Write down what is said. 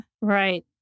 Right